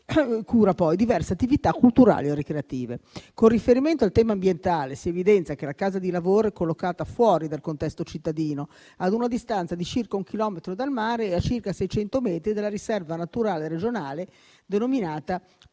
cura poi diverse attività culturali o ricreative. Con riferimento al tema ambientale, si evidenzia che la casa di lavoro è collocata fuori dal contesto cittadino, a una distanza di circa un chilometro dal mare e a circa 600 metri dalla riserva naturale regionale denominata Punta